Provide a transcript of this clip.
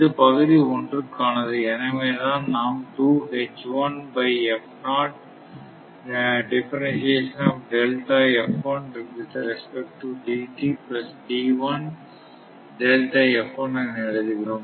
இது பகுதி 1 கானது எனவேதான் நாம் எழுதுகிறோம்